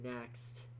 next